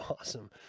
awesome